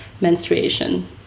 menstruation